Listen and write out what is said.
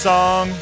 Song